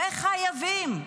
וחייבים.